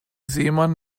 seemann